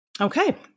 Okay